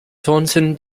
taunton